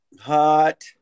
hot